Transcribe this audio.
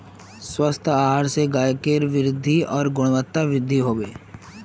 स्वस्थ आहार स गायकेर वृद्धि आर गुणवत्तावृद्धि हबे